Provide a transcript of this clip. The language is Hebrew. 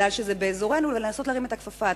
משום שזה באזורנו, להרים את הכפפה.